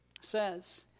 says